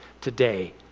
today